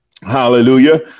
Hallelujah